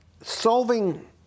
Solving